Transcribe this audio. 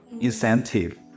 incentive